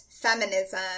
feminism